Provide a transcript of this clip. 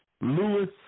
Lewis